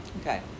Okay